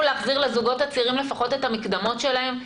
להחזיר לזוגות הצעירים לפחות את המקדמות שלהם,